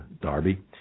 Darby